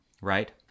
right